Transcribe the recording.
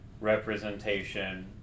representation